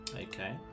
okay